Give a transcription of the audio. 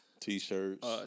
T-shirts